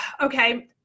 okay